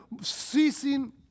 ceasing